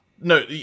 No